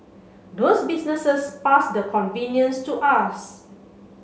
those businesses pass the convenience to us